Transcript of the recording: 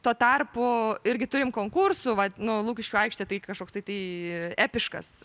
tuo tarpu irgi turim konkursų vat nu lukiškių aikštė tai kažkoks tai tai epiškas